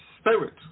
spirit